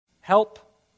Help